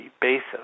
basis